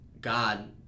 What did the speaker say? God